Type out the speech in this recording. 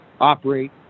operate